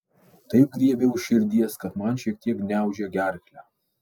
taip griebia už širdies kad man šiek tiek gniaužia gerklę